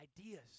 ideas